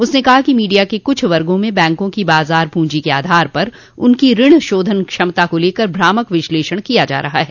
उसने कहा कि मीडिया के कुछ वर्गों में बैंकों की बाजार पूंजी के आधार पर उनको ऋण शोधन क्षमता को लेकर भ्रामक विश्लेषण किया जा रहा है